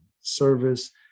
service